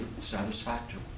satisfactory